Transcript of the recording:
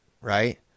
right